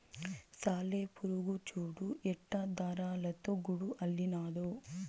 సాలెపురుగు చూడు ఎట్టా దారాలతో గూడు అల్లినాదో